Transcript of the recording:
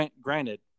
Granted